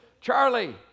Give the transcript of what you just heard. Charlie